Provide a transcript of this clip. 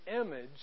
image